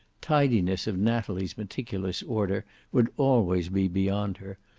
tidiness of natalie's meticulous order would always be beyond her,